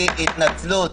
הוציא מהר התנצלות,